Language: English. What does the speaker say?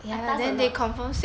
atas or not